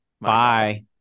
Bye